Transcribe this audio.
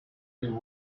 you